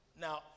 Now